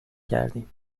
کردیم